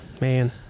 man